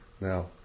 Now